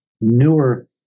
newer